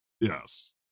yes